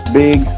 big